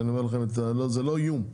זה לא איום,